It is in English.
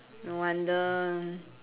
no wonder